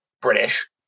British